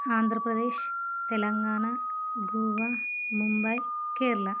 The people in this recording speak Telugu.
ఆంధ్రప్రదేశ్ తెలంగాణ గోవా ముంబై కేరళ